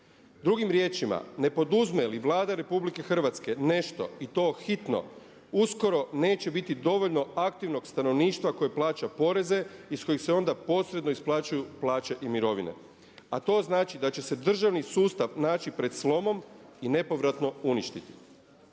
Drugim riječima, ne poduzme li Vlada RH nešto i to hitno uskoro neće biti dovoljno aktivnog stanovništva koje plaća poreze iz kojih se onda posredno isplaćuju plaće i mirovine. A to znači da će se državni sustav naći pred slomom i nepovratno uništiti.